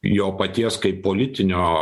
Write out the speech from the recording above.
jo paties kaip politinio